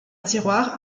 tiroir